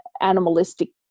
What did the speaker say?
animalistic